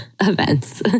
events